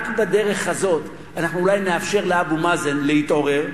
רק בדרך הזאת אנחנו אולי נאפשר לאבו מאזן להתעורר,